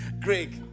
Greg